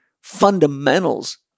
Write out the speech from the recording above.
fundamentals